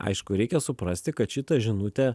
aišku reikia suprasti kad šitą žinutę